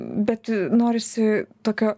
bet norisi tokio